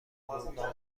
مورگان